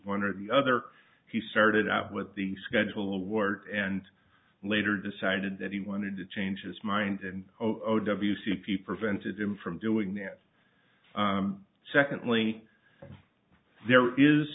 one or the other he started out with the schedule award and later decided that he wanted to change his mind and o w c p prevented him from doing that secondly there is